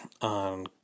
on